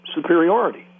superiority